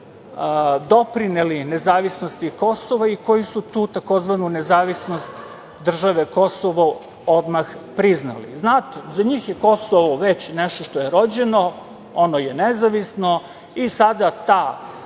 doprineli nezavisnosti Kosova i koji su tu tzv. „nezavisnost države Kosovo“ odmah priznali. Znate, za njih je Kosovo već nešto što je rođeno, ono je nezavisno i sada ta